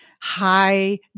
high